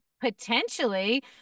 potentially